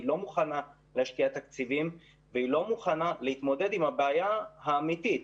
היא לא מוכנה להשקיע תקציבים והיא לא מוכנה להתמודד עם הבעיה האמיתית,